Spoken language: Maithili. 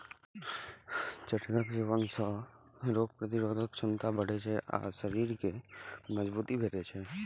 चठैलक सेवन सं रोग प्रतिरोधक क्षमता बढ़ै छै आ शरीर कें मजगूती भेटै छै